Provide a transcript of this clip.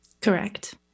Correct